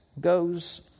goes